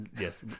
yes